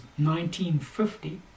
1950